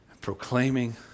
proclaiming